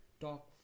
talk